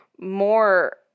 more